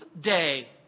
day